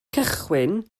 cychwyn